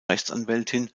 rechtsanwältin